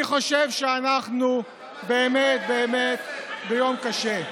אני חושב שאנחנו באמת באמת ביום קשה.